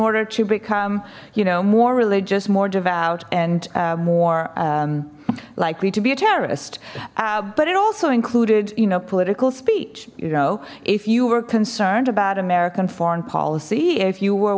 order to become you know more religious more devout and more likely to be a terrorist but it also included you know political speech you know if you were concerned about american foreign policy if you were